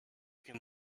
can